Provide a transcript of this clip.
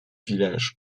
village